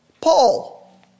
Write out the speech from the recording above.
Paul